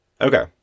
Okay